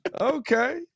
Okay